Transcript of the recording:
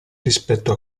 rispetto